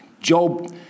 Job